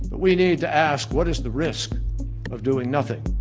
we need to ask, what is the risk of doing nothing?